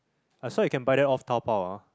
I swear you can buy that off Taobao